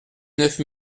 neuf